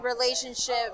relationship